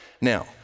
Now